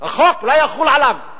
החוק לא יחול עליו.